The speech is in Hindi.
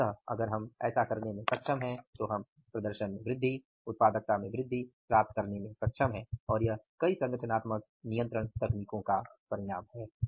अंततः अगर हम ऐसा करने में सक्षम हैं तो हम प्रदर्शन में वृद्धि उत्पादकता में वृद्धि प्राप्त करने में सक्षम हैं और यह कई संगठनात्मक नियंत्रण तकनीकों का परिणाम है